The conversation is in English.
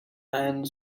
and